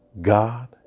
God